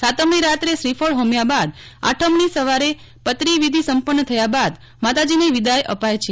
સાતમની રાત્રે શ્રીફળ હોમ્યા બાદ આઠમની સવારે પતરી વિધી સંપન્ન થયા બાદ માતાજીને વિદાય અપાય છે